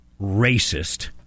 racist